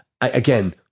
again